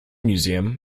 museum